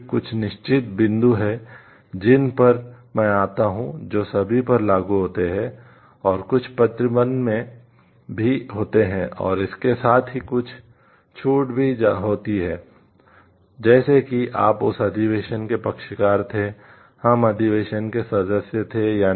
कुछ निश्चित बिंदु हैं जिन पर मैं आता हूं जो सभी पर लागू होते हैं और कुछ प्रतिबंध भी होते हैं और इसके साथ ही कुछ छूट भी होती है जैसे कि आप उस अधिवेशन के पक्षकार थे हम अधिवेशन के सदस्य थे या नहीं